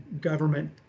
government